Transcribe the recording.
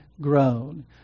grown